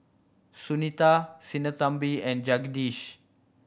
Sunita Sinnathamby and Jagadish